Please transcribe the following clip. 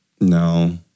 No